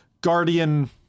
guardian